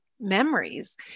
memories